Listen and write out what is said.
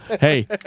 hey